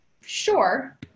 Sure